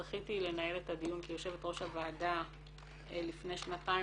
זכיתי לנהל את הדיון כיושבת ראש הוועדה לפני שנתיים